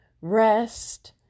rest